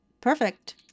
Perfect